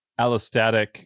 Allostatic